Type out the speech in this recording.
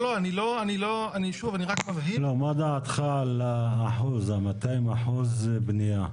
--- מה דעתך על ה-200% בנייה?